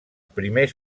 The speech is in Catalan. primers